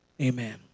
Amen